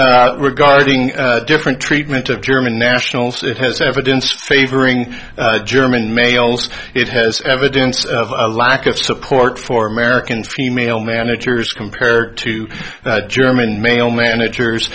regarding different treatment of german nationals it has evidence favoring german males it has evidence of a lack of support for american female managers compared to german male managers